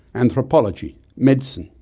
anthropology, medicine,